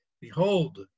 Behold